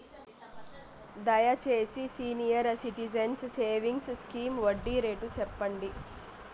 దయచేసి senior citizens savings scheme వడ్డీ rate సెప్పండి